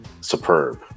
superb